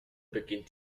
beginnt